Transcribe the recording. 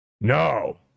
No